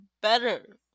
better